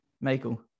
Michael